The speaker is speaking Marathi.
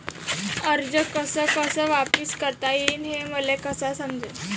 कर्ज कस कस वापिस करता येईन, हे मले कस समजनं?